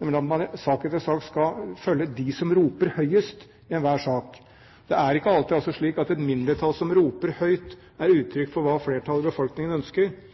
nemlig at man i sak etter sak skal følge dem som roper høyest i enhver sak. Det er ikke alltid slik at et mindretall som roper høyt, gir uttrykk for hva flertallet i befolkningen ønsker.